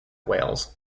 wales